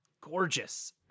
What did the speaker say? gorgeous